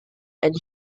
and